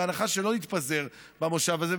בהנחה שלא נתפזר במושב הזה,